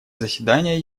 заседание